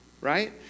right